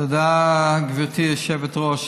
תודה, גברתי היושבת-ראש.